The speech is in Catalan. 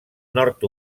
nord